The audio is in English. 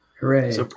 hooray